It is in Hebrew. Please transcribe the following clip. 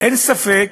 אין ספק